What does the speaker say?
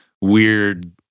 weird